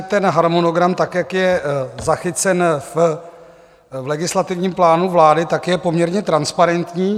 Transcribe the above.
Ten harmonogram tak, jak je zachycen v legislativním plánu vlády, je poměrně transparentní.